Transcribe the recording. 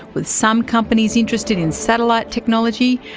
with some companies interested in satellite technology,